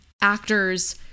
actors